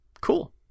Cool